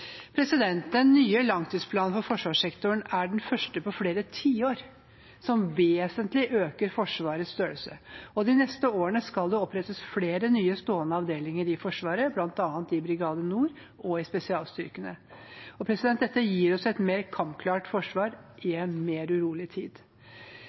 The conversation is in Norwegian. Den nye langtidsplanen for forsvarssektoren er den første på flere tiår som vesentlig øker Forsvarets størrelse. De neste årene skal det opprettes flere nye stående avdelinger i Forsvaret, bl.a. i Brigade Nord og i spesialstyrkene. Dette gir oss et mer kampklart forsvar i